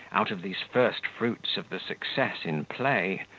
out of these first fruits of the success in play,